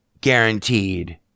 guaranteed